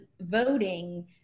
voting